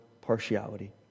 partiality